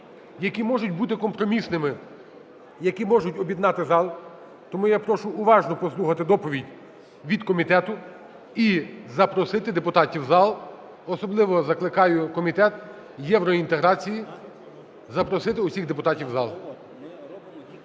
які можуть бути компромісними, які можуть об'єднати зал. Тому я прошу уважно послухати доповідь від комітету і запросити депутатів у зал. Особливо закликаю комітет євроінтеграції запросити всіх депутатів у зал.